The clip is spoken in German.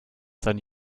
seine